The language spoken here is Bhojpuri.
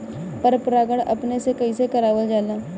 पर परागण अपने से कइसे करावल जाला?